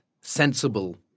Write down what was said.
sensible